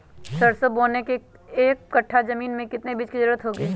सरसो बोने के एक कट्ठा जमीन में कितने बीज की जरूरत होंगी?